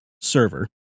server